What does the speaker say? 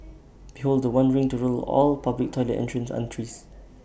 behold The One ring to rule all public toilet entrance aunties